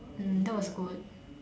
that was good